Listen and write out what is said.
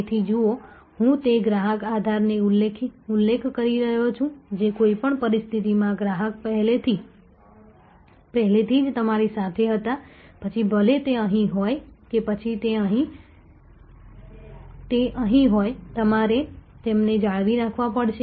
તેથી જુઓ હું તે ગ્રાહક આધારનો ઉલ્લેખ કરી રહ્યો છું જે કોઈપણ પરિસ્થિતિમાં ગ્રાહકો પહેલેથી જ તમારી સાથે હતા પછી ભલે તે અહીં હોય કે પછી તે અહીં હોય તમારે તેમને જાળવી રાખવા પડશે